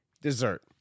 Dessert